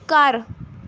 ਘਰ